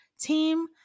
team